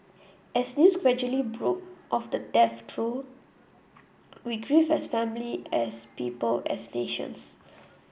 as news gradually broke of the death troll we grieved as family as people as nations